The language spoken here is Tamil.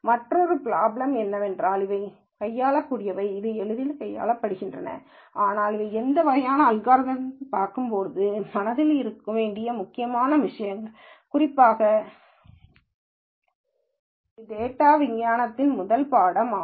மற்ற பிராப்ளம் என்னவென்றால் இவை கையாளக்கூடியவை இவை எளிதில் கையாளப்படுகின்றன ஆனால் இவை இந்த வகையான அல்காரிதம்களைப் பார்க்கும்போது மனதில் கொள்ள வேண்டிய விஷயங்கள் குறிப்பாக இது டேட்டாவிஞ்ஞானத்தின் முதல் பாடமாகும்